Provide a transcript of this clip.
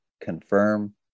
confirm